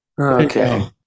Okay